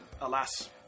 alas